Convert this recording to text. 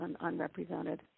unrepresented